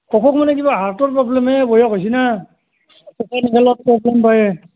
অসুখ মানে কিবা হাৰ্টৰ প্ৰবলেমহে বয়স হৈছে না